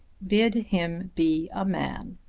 bid him be a man.